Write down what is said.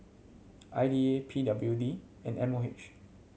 I D A P W D and M O H